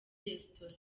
restaurant